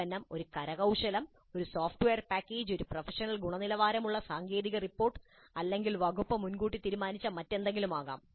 ഉൽപ്പന്നം ഒരു കരകൌശലം ഒരു സോഫ്റ്റ്വെയർ പാക്കേജ് ഒരു പ്രൊഫഷണൽ ഗുണനിലവാരമുള്ള സാങ്കേതിക റിപ്പോർട്ട് അല്ലെങ്കിൽ വകുപ്പ് മുൻകൂട്ടി തീരുമാനിച്ച മറ്റെന്തെങ്കിലും ആകാം